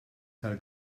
tal